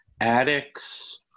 Addicts